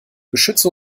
beschütze